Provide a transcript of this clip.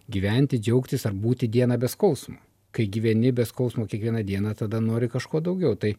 gyventi džiaugtis ar būti dieną be skausmo kai gyveni be skausmo kiekvieną dieną tada nori kažko daugiau tai